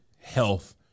health